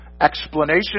Explanation